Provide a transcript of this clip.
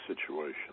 situation